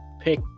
pick